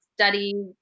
study